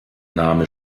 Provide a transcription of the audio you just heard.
name